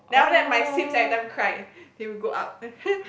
then after that my Sims every time cry it will go up